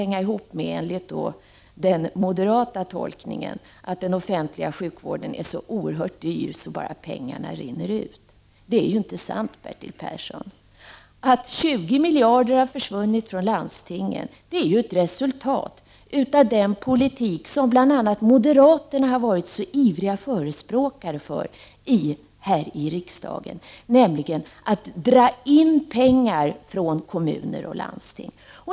Det skulle, enligt den moderata tolkningen, hänga ihop med att den offentliga sjukvården är så oerhört dyr att pengarna bara rinner ut. Det är ju inte sant, Bertil Persson. Att 20 miljarder har försvunnit från landstingen är ett resultat av den politik som bl.a. moderaterna har varit ivriga förespråkare för här i riksdagen, nämligen att dra in pengar från kommuner och landsting.